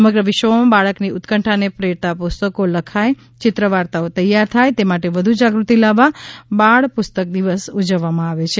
સમગ્ર વિશ્વમાં બાળકની ઉત્કંઠાને પ્રેરતાં પુસ્તકો લખાય ચિત્ર વાર્તાઓ તૈયાર થાય તે માટે વધુ જાગૃતિ લાવવા બાળ પુસ્તક દિવસ ઉજવવામાં આવે છે